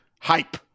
hype